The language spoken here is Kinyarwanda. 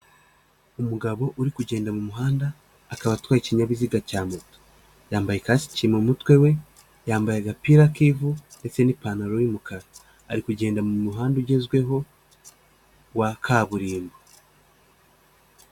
Umugabo uri kugenda mu muhanda akaba atwaye ikinyabiziga cya moto, yambaye kasiki mu mutwe we, yambaye agapira k'ivu ndetse n'ipantaro y'umukara, ari kugenda mu muhanda ugezweho wa kaburimbo.